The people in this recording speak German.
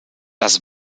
das